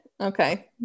Okay